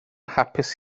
hapus